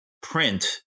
print